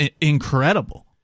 incredible